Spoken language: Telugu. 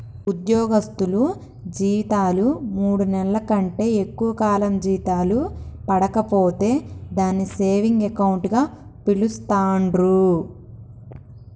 ఉద్యోగస్తులు జీతాలు మూడు నెలల కంటే ఎక్కువ కాలం జీతాలు పడక పోతే దాన్ని సేవింగ్ అకౌంట్ గా పిలుస్తాండ్రు